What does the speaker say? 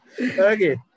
Okay